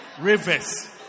Rivers